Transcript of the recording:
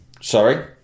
Sorry